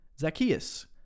Zacchaeus